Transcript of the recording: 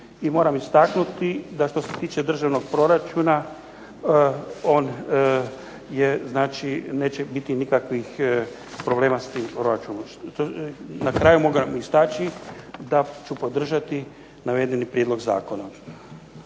I moram istaknuti da što se tiče državnog proračuna on je znači neće biti nikakvih problema s tim proračunom. Na kraju moram istaći da ću podržati navedeni prijedlog zakona.